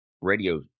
radio